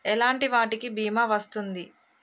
ఎలాంటి వాటికి బీమా వస్తుంది?